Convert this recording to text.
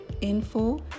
info